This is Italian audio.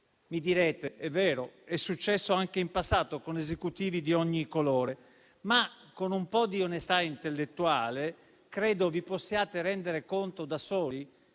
Mi direte: è vero, è successo anche in passato con Esecutivi di ogni colore ma, con un po' di onestà intellettuale, credo vi possiate rendere conto da soli,